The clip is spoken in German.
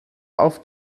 auf